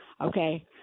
Okay